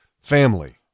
family